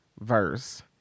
verse